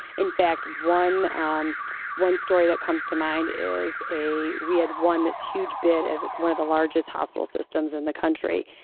in fact, one um one story that comes to mind is we had one that's huge bid at one of the largest hospital systems in the country.